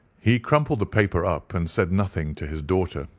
he crumpled the paper up and said nothing to his daughter,